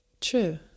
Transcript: True